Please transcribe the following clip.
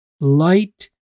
light